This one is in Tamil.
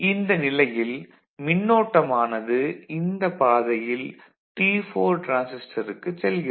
இந்த நிலையில் மின்னோட்டம் ஆனது இந்த பாதையில் T4 டிரான்சிஸ்டருக்கு செல்கிறது